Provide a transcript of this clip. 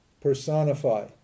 personify